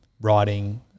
writing